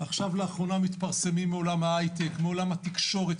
לאחרונה התפרסמו גם מקרים מעולם ההיי-טק ומעולם התקשורת,